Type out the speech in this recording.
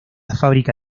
fábrica